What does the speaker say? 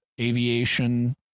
aviation